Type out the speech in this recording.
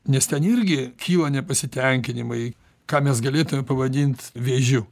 nes ten irgi kyla nepasitenkinimai ką mes galėtume pavadint vėžiu